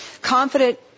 Confident